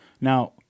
Now